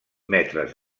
metres